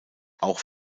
auch